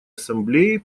ассамблеи